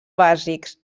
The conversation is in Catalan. bàsics